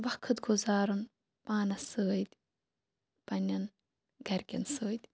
وَقت گُزارُن پانَس سۭتۍ پَننٮ۪ن گَرِکٮ۪ن سۭتۍ